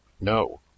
No